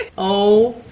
and oh.